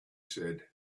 said